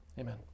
Amen